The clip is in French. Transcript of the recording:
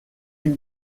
une